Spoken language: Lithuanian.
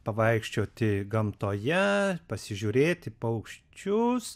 pavaikščioti gamtoje pasižiūrėti paukščius